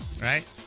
right